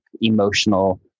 emotional